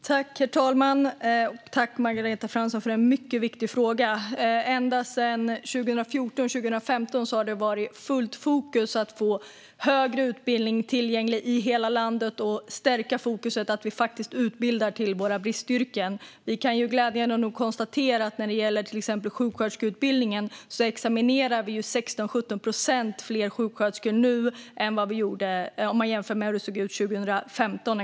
Herr talman! Tack, Margareta Fransson, för en mycket viktig fråga! Ända sedan 2014, 2015 har det varit fullt fokus att få högre utbildning tillgänglig i hela landet och stärka fokuset att vi utbildar till våra bristyrken. Vi kan glädjande nog konstatera att när det gäller till exempel sjuksköterskeutbildningen examinerar vi 16-17 procent fler sjuksköterskor nu än om man jämför med exempelvis 2015.